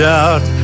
out